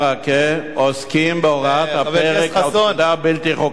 עוסקים בהוראת הפרק על פקודה בלתי חוקית בעליל,